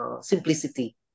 simplicity